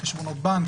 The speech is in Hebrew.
חשבונות בנק,